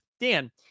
Dan